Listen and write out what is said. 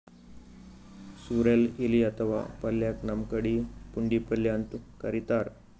sorrel ಎಲಿ ಅಥವಾ ಪಲ್ಯಕ್ಕ್ ನಮ್ ಕಡಿ ಪುಂಡಿಪಲ್ಯ ಅಂತ್ ಕರಿತಾರ್